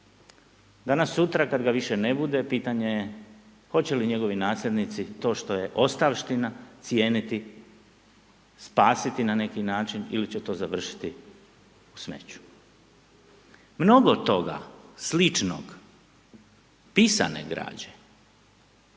Danas-sutra kad ga više bude, pitanje je hoće li njegovi nasljednici to što je ostavština cijeniti, spasiti na neki način ili će to završiti u smeću. Mnogo toga sličnog, pisane građe,